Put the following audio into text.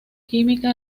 química